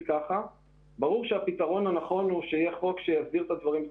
ברור שהטוב הוא שיהיה חוק שיסדיר את הדברים.